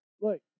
look